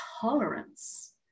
tolerance